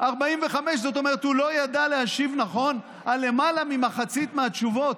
זאת אומרת שהוא לא ידע להשיב נכון על למעלה ממחצית מהתשובות,